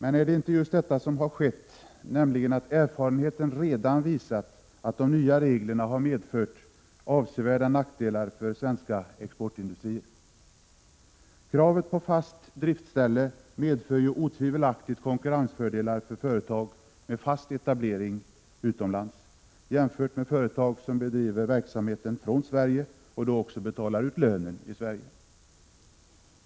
Men är det inte just detta som har skett — nämligen att erfarenheten redan visat att de nya reglerna har medfört avsevärda nackdelar för svenska exportindustrier? Kravet på fast driftsställe medför ju otvivelaktigt konkurrensfördelar för företag med fast etablering utomlands, jämfört med företag som bedriver verksamheten från Sverige och då också betalar ut lönen i Sverige.